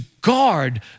guard